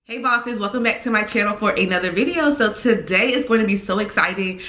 hey bosses, welcome back to my channel for another video. so today is going to be so exciting.